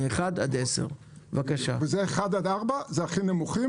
מ-1 עד 10. 1 עד 4 זה כי נמוכים.